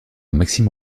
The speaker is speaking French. maxime